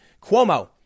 Cuomo